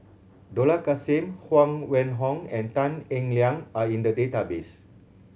Dollah Kassim Huang Wenhong and Tan Eng Liang are in the database